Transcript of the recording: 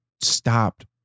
stopped